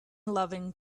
loving